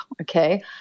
okay